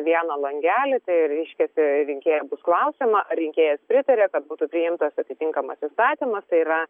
vieną langelį tai reiškiasi rinkėjo bus klausiama ar rinkėjas pritaria kad būtų priimtas atitinkamas įstatymas tai yra